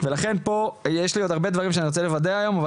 לכן יש לי פה עוד הרבה מאוד דברים שאני רוצה לוודא היום.